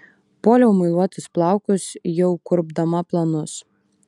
puoliau muiluotis plaukus jau kurpdama planus